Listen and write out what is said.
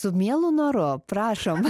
su mielu noru prašom